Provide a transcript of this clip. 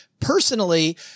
Personally